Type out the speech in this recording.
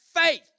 faith